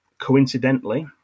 coincidentally